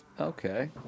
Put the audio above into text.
Okay